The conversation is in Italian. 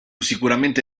sicuramente